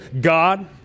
God